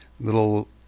little